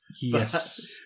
Yes